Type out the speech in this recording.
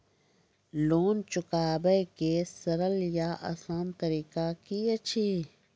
Loan चुकाबै के सरल या आसान तरीका की अछि?